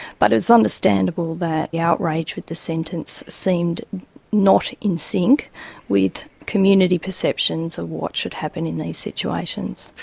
but it was understandable that the outrage with the sentence seemed not in sync with community perceptions of what should happen in these situations.